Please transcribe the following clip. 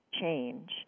change